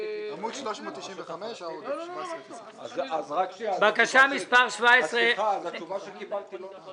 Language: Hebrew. פניות מספר 365 עד 366. מי בעד?